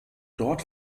dort